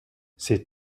ses